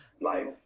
Life